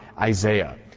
Isaiah